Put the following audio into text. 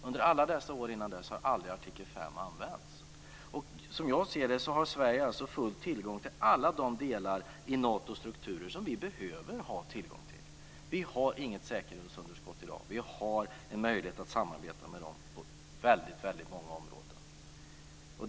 Under alla dessa år innan dess har aldrig artikel fem använts. Som jag ser det har alltså Sverige full tillång till alla de delar i Natos strukturer som vi behöver ha tillgång till. Vi har inget säkerhetsunderskott i dag. Vi har en möjlighet att samarbeta med Nato på väldigt många områden.